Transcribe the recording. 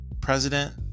president